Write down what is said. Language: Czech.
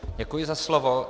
Děkuji za slovo.